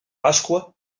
pasqua